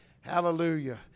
Hallelujah